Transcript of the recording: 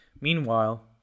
Meanwhile